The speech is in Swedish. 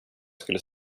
skulle